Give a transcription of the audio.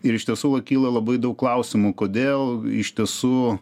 ir iš tiesų l kyla labai daug klausimų kodėl iš tiesų